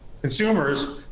consumers